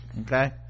okay